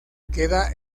queda